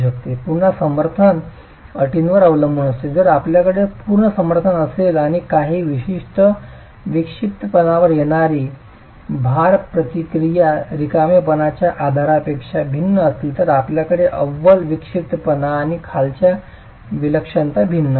पुन्हा समर्थन अटींवर अवलंबून असते जर आपल्याकडे पूर्ण समर्थन असेल आणि काही विशिष्ट विक्षिप्तपणापणावर येणारी भार प्रतिक्रिया रिकामेपणाच्या आधारापेक्षा भिन्न असतील तर आपल्याकडे अव्वल विक्षिप्तपणा आणि खालच्या विलक्षणता भिन्न असतील